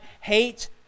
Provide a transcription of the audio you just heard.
hate